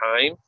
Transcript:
time